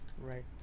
Right